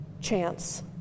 chance